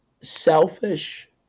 selfish